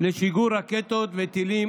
לשיגור רקטות וטילים